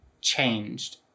changed